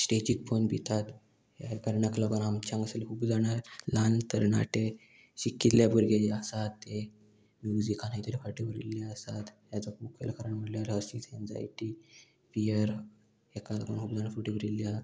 स्टेजीक पोवन भितात ह्या कारणाक लागून आमच्या उपजाण ल्हान तरणाटे शिकिल्ले भुरगे जे आसात ते म्युजिकान खातीर फावटी उरिल्ले आसात हेजो मुखेल कारण म्हणल्यार हशीच एन्जायटी फियर एका लागून उपजाण फावटी उरिल्ली आसा